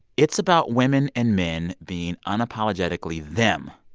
it's about women and men being unapologetically them,